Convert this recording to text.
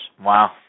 Wow